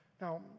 Now